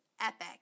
epic